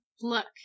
Look